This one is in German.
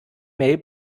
mail